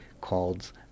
called